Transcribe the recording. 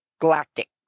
galactic